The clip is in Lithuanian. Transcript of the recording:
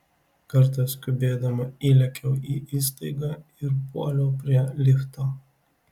kartą skubėdama įlėkiau į įstaigą ir puoliau prie lifto